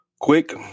quick